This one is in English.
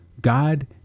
god